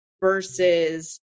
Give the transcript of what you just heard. versus